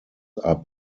are